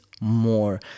more